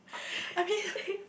I mean